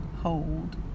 hold